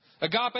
Agape